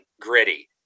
Gritty